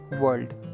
world